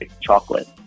chocolate